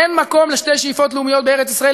אין מקום לשתי שאיפות לאומיות בארץ-ישראל,